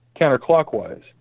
counterclockwise